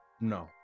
No